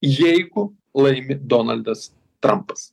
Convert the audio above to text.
jeigu laimi donaldas trampas